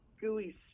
gooey